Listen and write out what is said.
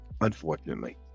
unfortunately